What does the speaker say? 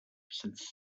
since